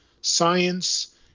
science